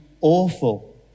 awful